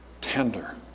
tender